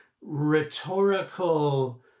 rhetorical